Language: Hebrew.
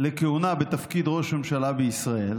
לכהונה בתפקיד ראש ממשלה בישראל